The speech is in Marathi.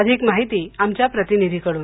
अधिक माहिती आमच्या प्रतिनिधीकडून